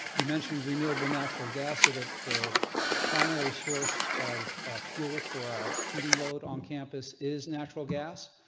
you mentioned renewable natural gas or the the primary source of fuel for our heating load on campus is natural gas